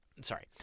sorry